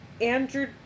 Andrew